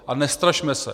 A nestrašme se.